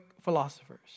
philosophers